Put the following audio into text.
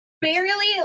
barely